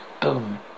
Boom